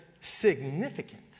significant